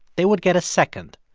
they would get a second.